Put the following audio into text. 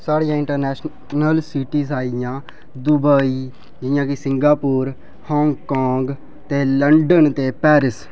साढ़ियां international cities आई गेइयां दुबेई जि'यां कि सिंगापुर हांगकांग ते लंडन ते पैरिस